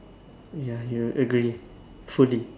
ya you will agree fully